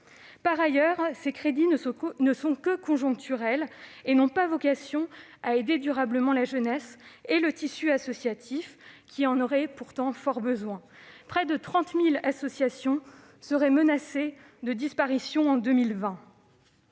Par ailleurs, ces crédits ne sont que conjoncturels et n'ont pas vocation à aider durablement la jeunesse et le tissu associatif, qui en auraient pourtant fort besoin. Près de 30 000 associations seraient menacées de disparition en 2020.